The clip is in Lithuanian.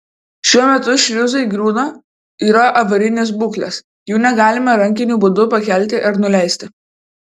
šiuo metu šliuzai griūna yra avarinės būklės jų negalima rankiniu būdu pakelti ar nuleisti